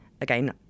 again